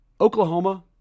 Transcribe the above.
Oklahoma